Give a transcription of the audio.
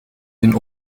hun